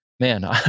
Man